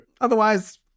Otherwise